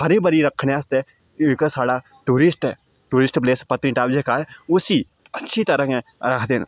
हरी भरी रखने आस्तै जेह्का साढ़ा टूरिस्ट ऐ टूरिस्ट प्लेस पत्नीटॉप जेह्का ऐ उसी अच्छी तरहां गै रखदे न